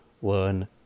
one